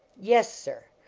yes, sir,